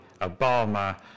Obama